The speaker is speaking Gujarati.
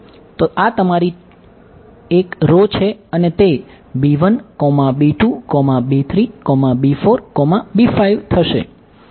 તો આ તમારી એક રો છે અને તે થશે